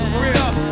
real